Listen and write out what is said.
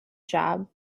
job